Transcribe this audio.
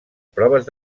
proves